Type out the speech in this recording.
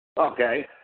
Okay